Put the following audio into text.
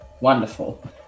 wonderful